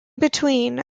between